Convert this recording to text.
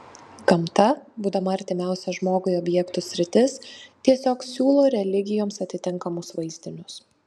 gamta būdama artimiausia žmogui objektų sritis tiesiog siūlo religijoms atitinkamus vaizdinius